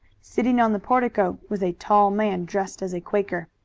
sitting on the portico was a tall man dressed as a quaker.